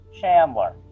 Chandler